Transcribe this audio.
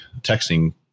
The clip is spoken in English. texting